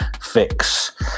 fix